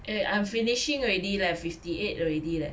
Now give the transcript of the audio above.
eh I'm finishing already leh fifty eight already leh